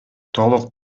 толук